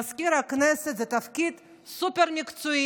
מזכיר הכנסת זה תפקיד סופר-מקצועי.